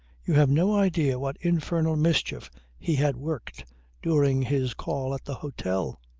you have no idea what infernal mischief he had worked during his call at the hotel.